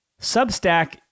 Substack